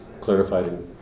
clarified